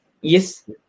Yes